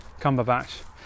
Cumberbatch